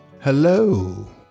Hello